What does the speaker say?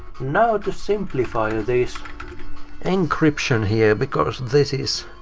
now to simplify this encryption here, because this is.